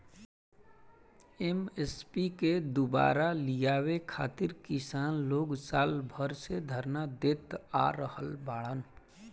MSP के दुबारा लियावे खातिर किसान लोग साल भर से धरना देत आ रहल बाड़न